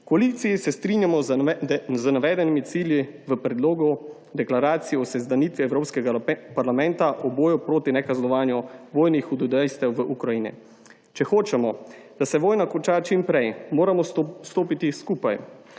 koaliciji se strinjamo z navedenimi cilji v predlogu deklaracije o seznanitvi Evropskega parlamenta o boju proti nekaznovanju vojnih hudodelstev v Ukrajini. Če hočemo, da se vojna konča čim prej, moramo stopiti skupaj